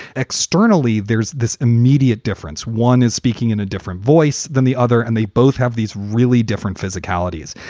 externally, there's this immediate difference. one is speaking in a different voice than the other. and they both have these really different physicalities.